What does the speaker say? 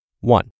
One